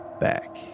back